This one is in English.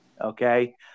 okay